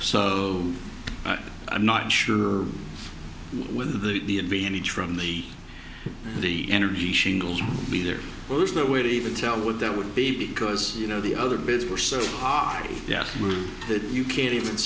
so i'm not sure whether the the advantage from the the energy shingles be there well there's no way to even tell what that would be because you know the other bits are sort of hockey yeah that you can't even